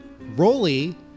Rolly